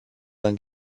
d’un